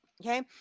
okay